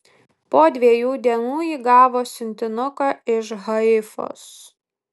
po dviejų dienų ji gavo siuntinuką iš haifos